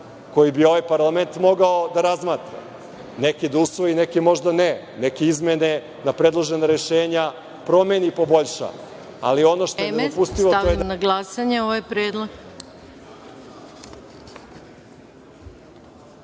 koje bi ovaj parlament mogao da razmatra, neke da usvoji, neke možda neke, neke izmene na predložena rešenja promeni i poboljša. Ali, ono što je nedopustivo,